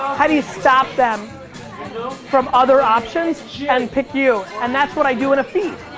how do you stop them from other options and pick you? and that's what i do in a feed.